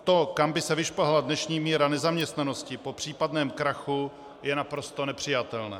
To, kam by se vyšplhala dnešní míra nezaměstnanosti po případném krachu, je naprosto nepřijatelné.